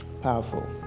Powerful